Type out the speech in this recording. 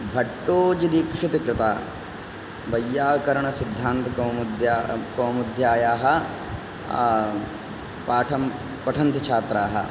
भट्टोजिदीक्षितिकृता वैय्याकरणसिद्धान्तकौमुद्या कौमुद्यायाः पाठं पठन्ति छात्राः